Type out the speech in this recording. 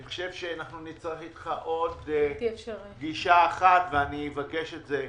אני חושב שנצטרך אתך עוד פגישה אחת ואני אבקש את זה בהמשך.